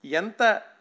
Yenta